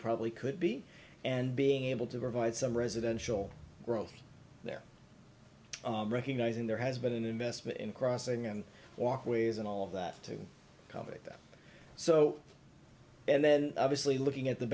probably could be and being able to provide some residential growth there recognizing there has been an investment in crossing and walkways and all of that to convert them so and then obviously looking at the